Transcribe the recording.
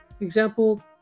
example